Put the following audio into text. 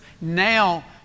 now